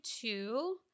two